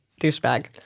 douchebag